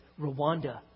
Rwanda